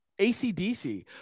ACDC